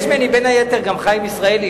ביקש ממני בין היתר גם חיים ישראלי,